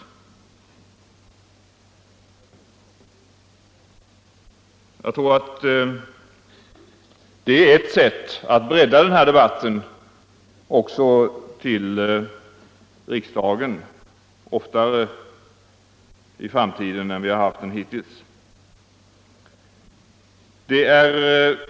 Jag tror att det skulle vara ett sätt att bredda debatten också i riksdagen.